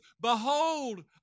Behold